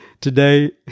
today